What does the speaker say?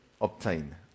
obtain